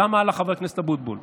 גם הלאה, חבר הכנסת אבוטבול.